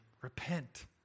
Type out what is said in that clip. repent